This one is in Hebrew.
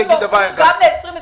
שהתקנות יוארכו גם ל-2021.